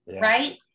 right